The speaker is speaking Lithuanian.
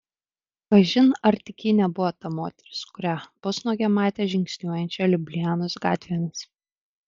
kažin ar tik ji ir nebuvo ta moteris kurią pusnuogę matė žingsniuojančią liublianos gatvėmis